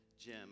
Jim